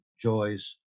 joys